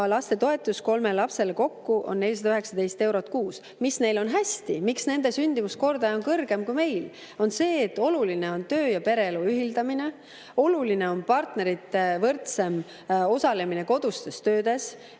lapsetoetus kolme lapse peale kokku on 419 eurot kuus. Mis neil on hästi? Miks nende sündimuskordaja on kõrgem kui meil? Oluline on töö- ja pereelu ühildamine, oluline on partnerite võrdsem osalemine kodustes töödes.